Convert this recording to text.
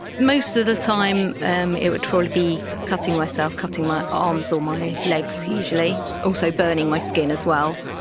most of the time um it would probably be cutting myself, cutting my arms or my legs usually, also burning my skin as well,